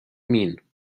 mean